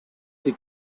die